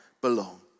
belong